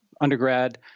undergrad